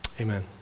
Amen